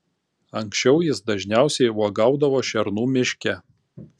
anksčiau jis dažniausiai uogaudavo šernų miške